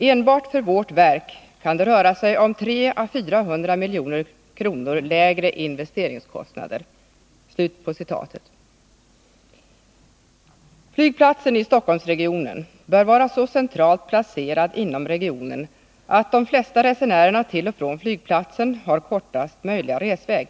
Enbart för vårt verk kan det röra sig om 3 å 400 Mkr lägre investeringskostnader.” Flygplatsen i Stockholmsregionen bör vara så centralt placerad inom regionen att de flesta resenärerna till och från flygplatsen har kortaste möjliga resväg.